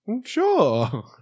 Sure